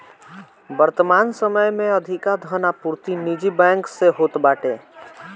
वर्तमान समय में अधिका धन आपूर्ति निजी बैंक से होत बाटे